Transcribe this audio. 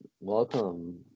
welcome